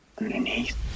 underneath